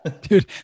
Dude